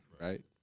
right